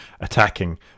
attacking